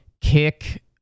kick